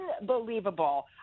unbelievable